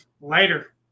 Later